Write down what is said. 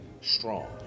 strong